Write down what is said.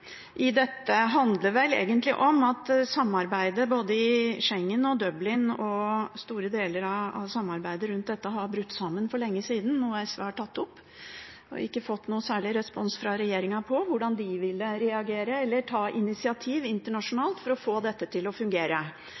i dette handler vel egentlig om at store deler av samarbeidet rundt både Schengen-avtalen og Dublin-forordningen har brutt sammen for lenge siden. SV har tatt det opp, men har ikke fått noen særlig respons fra regjeringen om hvordan de vil reagere eller ta initiativ internasjonalt for å få dette til å fungere.